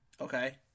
Okay